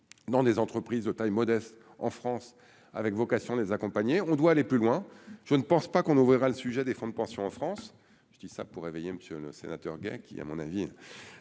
dans des entreprises de taille modeste en France, avec vocation les accompagner, on doit aller plus loin, je ne pense pas qu'on ouvrira le sujet des fonds de pension en France, je dis ça pour réveiller Monsieur le Sénateur gain qui à mon avis